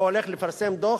או הולך לפרסם דוח,